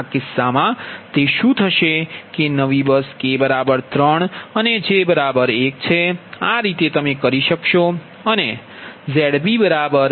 આ કિસ્સામાં તે શું થશે કે નવી બસ k 3 અને j 1 છે આ રીતે તમે કરી શકશો